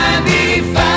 95